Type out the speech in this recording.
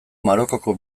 marokoko